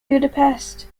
budapest